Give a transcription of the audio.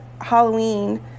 Halloween